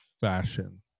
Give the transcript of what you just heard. fashion